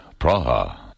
Praha